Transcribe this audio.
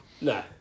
No